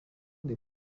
des